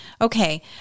Okay